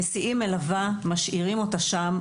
מסיעים מלווה, משאירים אותה שם.